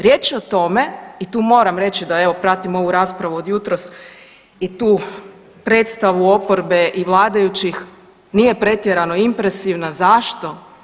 Riječ je o tome i tu moram reći da evo, pratim ovu raspravu od jutros i tu predstavu oporbe i vladajućih, nije pretjerano impresivna, zašto?